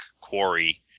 quarry